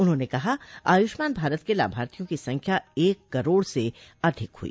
उन्होंने कहा आयुष्मान भारत के लाभार्थियों की संख्या एक करोड से अधिक हुई